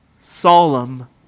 solemn